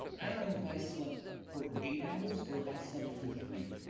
i don't know if i slept for eight hours or if i slept for three.